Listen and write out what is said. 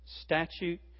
statute